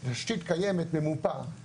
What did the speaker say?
בתשתית קיימת ממופה,